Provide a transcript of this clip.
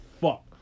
fuck